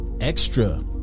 extra